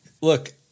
Look